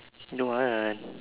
don't want